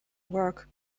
work